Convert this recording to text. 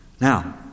Now